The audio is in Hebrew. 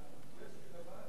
התשע"ב 2012,